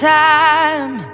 time